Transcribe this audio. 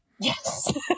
Yes